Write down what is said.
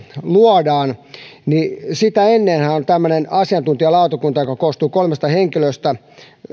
luodaan niin sitä ennenhän on tämmöinen asiantuntijalautakunta joka koostuu kolmesta henkilöstä